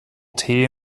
tee